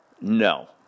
no